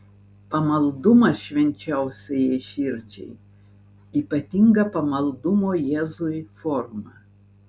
pamaldumas švenčiausiajai širdžiai ypatinga pamaldumo jėzui forma